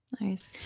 Nice